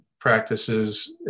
practices